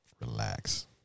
Relax